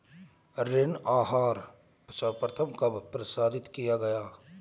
ऋण आहार सर्वप्रथम कब प्रसारित किया गया?